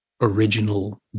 original